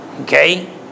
Okay